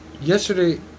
Yesterday